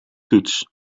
toets